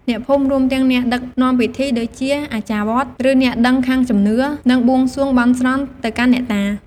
អ្នកភូមិ រួមទាំងអ្នកដឹកនាំពិធី ដូចជាអាចារ្យវត្ត ឬអ្នកដឹងខាងជំនឿ នឹងបួងសួងបន់ស្រន់ទៅកាន់អ្នកតា។